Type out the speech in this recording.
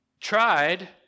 tried